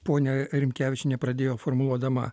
ponia rimkevičienė pradėjo formuodama